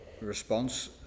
response